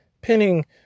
pinning